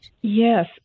Yes